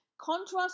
contrast